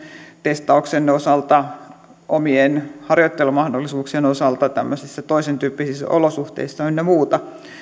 testauksen osalta ja omien harjoittelumahdollisuuksien osalta tämmöisissä toisentyyppisissä olosuhteissa ynnä muuta